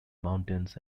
mountains